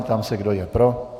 Ptám se, kdo je pro.